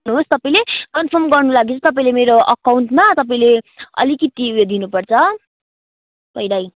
गर्नुहोस् तपाईँले कन्फर्म गर्नुको लागि तपाईँले मेरो एकाउन्टमा तपाईँले अलिकिती उयो दिनुपर्छ पहिल्यै